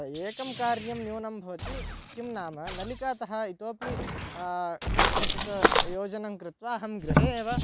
एकं कार्यं न्यूनं भवति किं नाम नलिकातः इतोपि किञ्चित् योजनङ्कृत्वा अहं गृहे एव